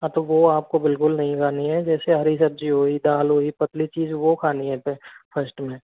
हाँ तो वो आपको बिल्कुल नहीं खानी है जैसे हरी सब्जी हुई दाल हुई पतली चीज़ वो खानी है सर फर्स्ट में